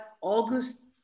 August